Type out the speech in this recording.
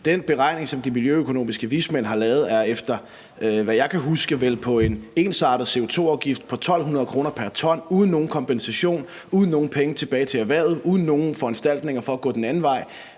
Den beregning, som de miljøøkonomiske vismænd har lavet, er, efter hvad jeg kan huske, baseret på en ensartet CO2-afgift på 1.200 kr. pr. t uden nogen kompensation, uden nogen penge tilbage til erhvervet og uden nogen foranstaltninger for at gå den anden vej.